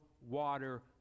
water